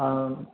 ആ